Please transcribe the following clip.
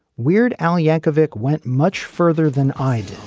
weird al yankovic went much further than i